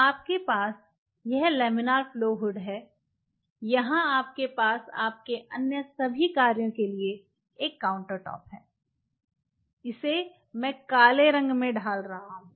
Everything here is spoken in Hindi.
तो आपके पास यह लैमिनार फ्लो हुड है यहां आपके पास आपके अन्य सभी कार्यों के लिए एक काउंटर टॉप है जिसे मैं काले रंग में ढाल रहा हूँ